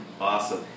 Awesome